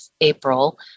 April